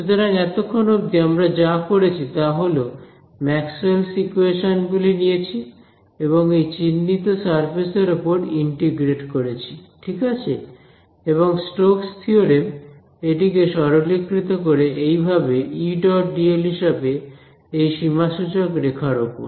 সুতরাং এতক্ষণ অব্দি আমরা যা করেছি তা হল ম্যাক্সওয়েলস ইকোয়েশনস Maxwell's equations গুলি নিয়েছি এবং এই চিহ্নিত সারফেস এর ওপর ইন্টিগ্রেট করেছি ঠিক আছে এবং স্টোক্স থিওরেম এটিকে সরলীকৃত করে এইভাবে Edl হিসাবে এই সীমাসূচক রেখার উপর